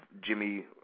Jimmy